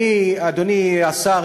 אדוני השר,